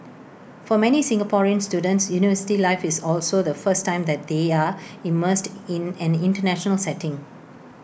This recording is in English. for many Singaporean students university life is also the first time that they are immersed in an International setting